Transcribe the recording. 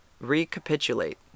Recapitulate